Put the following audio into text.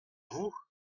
vous